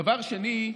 דבר שני,